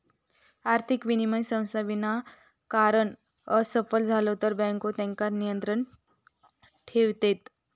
आर्थिक विनिमय संस्था विनाकारण असफल झाले तर बँके तेच्यार नियंत्रण ठेयतत